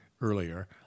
earlier